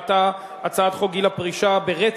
ההצעה הבאה בסדר-היום: הצעת חוק גיל פרישה (תיקון,